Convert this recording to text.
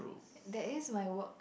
there is my work